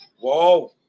Whoa